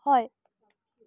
হয়